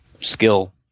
skill